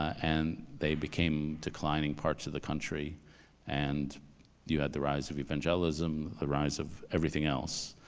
and they became declining parts of the country and you had the rise of evangelism, the rise of everything else.